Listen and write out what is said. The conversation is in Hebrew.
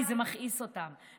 כי זה מכעיס אותם,